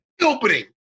Opening